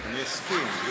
אסכים.